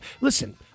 listen